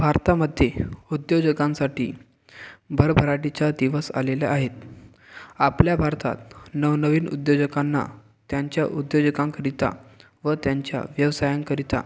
भारतामध्ये उद्योजकांसाठी भरभराटीचे दिवस आलेले आहेत आपल्या भारतात नवनवीन उद्योजकांना त्यांच्या उद्योजकांकरिता व त्यांच्या व्यवसायांकरिता